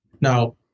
Now